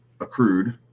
accrued